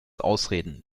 ausreden